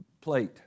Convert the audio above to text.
plate